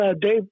Dave